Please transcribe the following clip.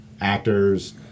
actors